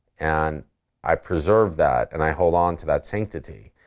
and i preserve that and i hold onto that sanctity.